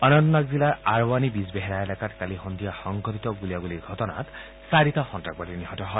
অনন্তনাগ জিলাৰ আৰৱানী বিজবেহেৰা এলেকাত কালি সদ্ধিয়া সংঘটিত গুলীয়াগুলীৰ ঘটনাত চাৰিটা সন্তাসবাদী নিহত হয়